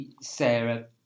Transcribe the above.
Sarah